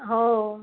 हो